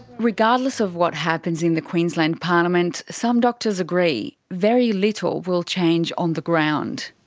regardless of what happens in the queensland parliament, some doctors agree very little will change on the ground.